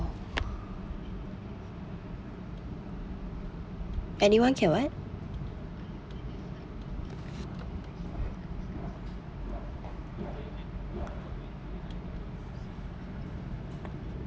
anyone can what